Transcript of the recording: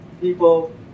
people